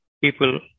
people